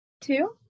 Two